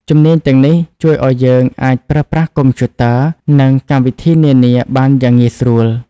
ជំនាញទាំងនេះជួយឱ្យយើងអាចប្រើប្រាស់កុំព្យូទ័រ និងកម្មវិធីនានាបានយ៉ាងងាយស្រួល។